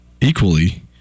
equally